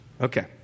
Okay